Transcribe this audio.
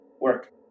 work